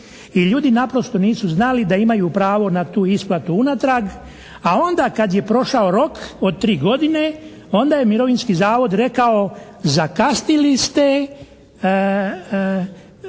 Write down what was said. I ljudi naprosto nisu znali da imaju pravo na tu isplatu unatrag, a onda kad je prošao rok od 3 godine onda je Mirovinski zavod rekao, zakasnili ste,